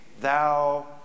thou